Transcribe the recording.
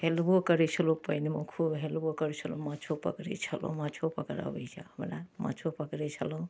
हेलबो करै छलहुॅं पानिमे खूब हेलबो करै छलहुॅं माँछो पकड़ै छलहुॅं माँछो पकड़ऽ अबैया हमरा माँछो पकड़ै छलहुॅं